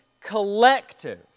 collective